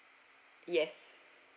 yes